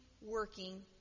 working